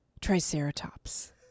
triceratops